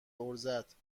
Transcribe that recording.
عرضت؛ خون